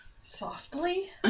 Softly